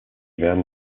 werden